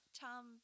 Tom